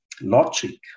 logic